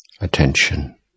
attention